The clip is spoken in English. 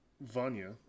Vanya